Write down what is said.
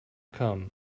come